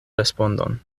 respondon